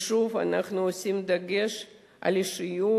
אנחנו שמים דגש על אישיות,